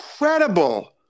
incredible